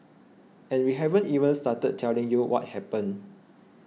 and we haven't even started telling you what happened